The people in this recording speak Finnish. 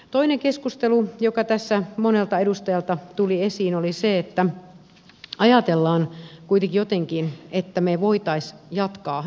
toinen asia joka tässä keskustelussa monelta edustajalta tuli esiin oli se että ajatellaan kuitenkin jotenkin että me voisimme jatkaa entisel lään